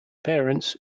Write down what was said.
parents